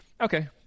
okay